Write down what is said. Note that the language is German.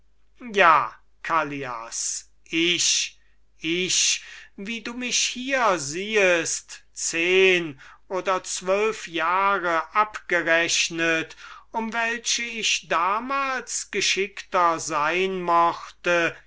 ja callias ich erwiderte jener ich wie du mich hier siehest zehn oder zwölf jahre abgerechnet um welche ich damals geschickter sein mochte